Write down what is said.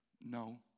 No